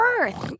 Earth